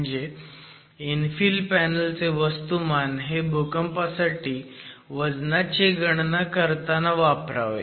म्हणजे infill panel चे वस्तुमान हे भूकंपासाठी वजनाची गणना करताना वापरावे